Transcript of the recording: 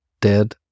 dead